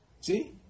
See